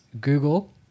Google